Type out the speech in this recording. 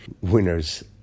winners